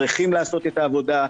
צריכים לעשות את העבודה,